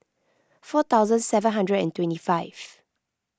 four thousand seven hundred and twenty five